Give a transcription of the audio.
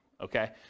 okay